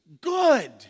good